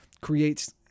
creates